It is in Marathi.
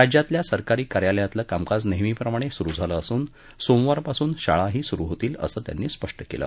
राज्यातल्या सरकारी कार्यालयांतील कामकाज नेहमीप्रमाणे सुरू झालं असून सोमवारपासून शाळाही सुरू होतील असं त्यांनी स्पष्ट केलं